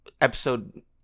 Episode